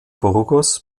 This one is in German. burgos